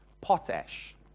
potash